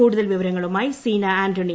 കൂടുതൽ വിവരങ്ങളുമായി സീന ആൻ്റണി